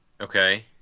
Okay